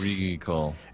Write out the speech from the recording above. recall